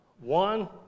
one